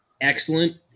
excellent